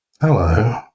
Hello